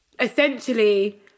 essentially